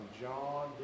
John